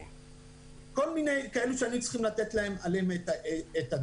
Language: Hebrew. אבל כל מיני דברים שהיינו צריכים לתת עליהם את הדעת.